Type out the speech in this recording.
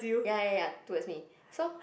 ya ya ya towards me so